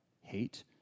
hate